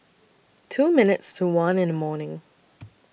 two minutes to one in The morning